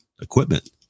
equipment